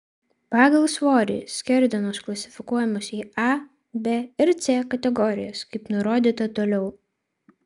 pagal svorį skerdenos klasifikuojamos į a b ir c kategorijas kaip nurodyta toliau